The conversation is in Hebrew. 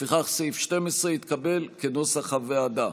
לפיכך סעיף 12 התקבל כנוסח הוועדה.